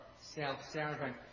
self-serving